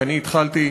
כי התחלתי